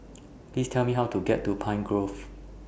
Please Tell Me How to get to Pine Grove